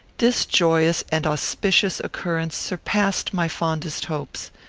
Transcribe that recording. this joyous and auspicious occurrence surpassed my fondest hopes.